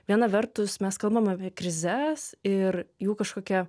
viena vertus mes kalbam apie krizes ir jų kažkokią